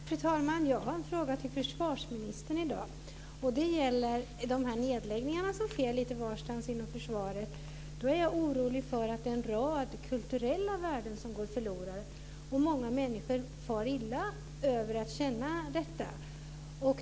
Fru talman! Jag har en fråga till försvarsministern i dag. Den gäller de nedläggningar som sker lite varstans inom försvaret. Jag är orolig för att en rad kulturella värden går förlorade. Och många människor far illa av att känna detta.